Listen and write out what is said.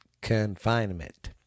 confinement